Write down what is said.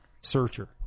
searcher